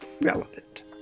relevant